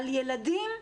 על ילדים,